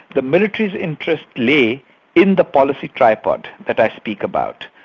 the military's interest lay in the policy tripod that i speak about.